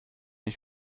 ich